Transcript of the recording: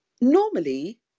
Normally